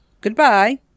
Goodbye